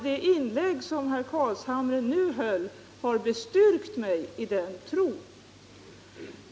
Det inlägg som herr Carlshamre nu gjorde har bestyrkt mig i min åsikt.